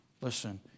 listen